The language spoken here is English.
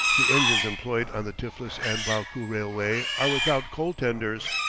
the engines employed on the tiflis and baku railway are without coal-tenders.